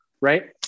right